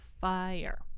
fire